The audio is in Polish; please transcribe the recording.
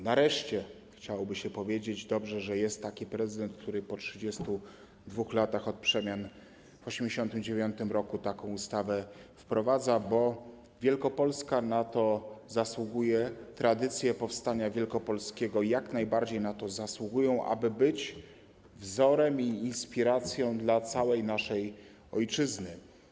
Nareszcie, chciałoby się powiedzieć, dobrze, że jest taki prezydent, który po 32 latach od przemian w 1989 r. taką ustawę wprowadza, bo Wielkopolska na to zasługuje, tradycje powstania wielkopolskiego jak najbardziej na to zasługują, aby być wzorem i inspiracją dla całej naszej ojczyzny.